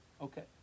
Okay